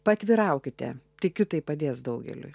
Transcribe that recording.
paatviraukite tikiu tai padės daugeliui